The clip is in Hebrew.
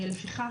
לפיכך,